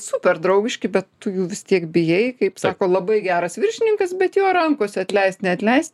super draugiški bet tu jų vis tiek bijai kaip sako labai geras viršininkas bet jo rankose atleist neatleist